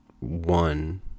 One